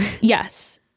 Yes